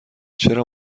چرا